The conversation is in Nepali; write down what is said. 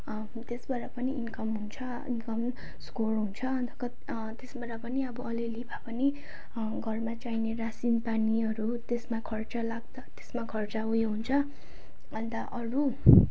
त्यसबाट पनि इनकम हुन्छ इनकम स्कोर हुन्छ अन्त कति त्यसबाट पनि अब अलि अलि भए पनि घरमा चाहिने रासिन पानीहरू त्यसमा खर्च लाग्छ त्यसमा खर्च उयो हुन्छ अन्त अरू